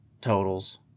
totals